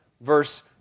Verse